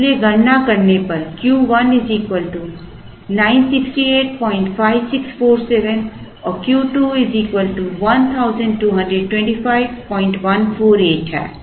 इसलिए गणना करने पर Q 1 9685647 और Q 2 1225148 है